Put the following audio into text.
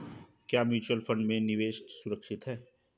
क्या mutual fund unit में निवेश सुरक्षित है?